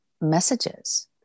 messages